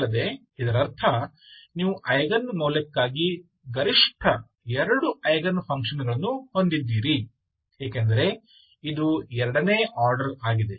ಅಲ್ಲದೆ ಇದರರ್ಥ ನೀವು ಐಗನ್ ಮೌಲ್ಯಕ್ಕಾಗಿ ಗರಿಷ್ಠ ಎರಡು ಐಗನ್ ಫಂಕ್ಷನ್ಗಳನ್ನು ಹೊಂದಿದ್ದೀರಿ ಏಕೆಂದರೆ ಇದು ಎರಡನೇ ಆರ್ಡರ್ ಆಗಿದೆ